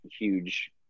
huge